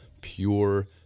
pure